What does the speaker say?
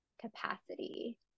capacity